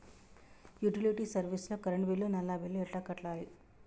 Utility service లో current bill, నల్లా bill ఎలా కట్టాలి?